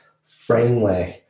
framework